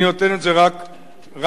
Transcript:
אני נותן את זה רק כדוגמה.